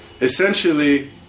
Essentially